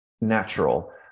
natural